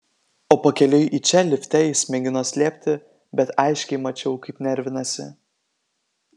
o pakeliui į čia lifte jis mėgino slėpti bet aiškiai mačiau kaip nervinasi